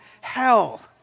hell